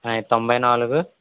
తొంభై నాలుగు